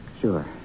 Sure